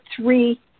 three